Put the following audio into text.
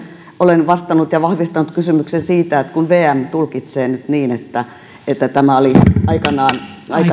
olen vastannut ja vahvistanut kysymyksen siitä että kun vm tulkitsee nyt niin että että tämä oli aikanaan